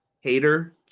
Hater